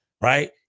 right